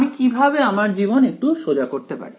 আমি কিভাবে আমার জীবন একটু সোজা করতে পারি